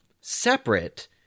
separate